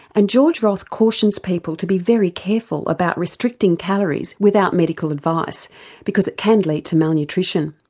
and george roth cautions people to be very careful about restricting calories without medical advice because it can lead to malnutrition.